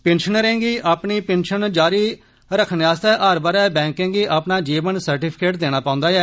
पिन्शनरें गी अपनी पिन्शन जारी रक्खने आस्तै हर बरै बैंकें गी अपना जीवन सर्टिफिकेट देना पौन्दा ऐ